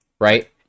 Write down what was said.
right